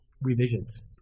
revisions